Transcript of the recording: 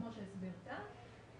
כמו שהסביר טל.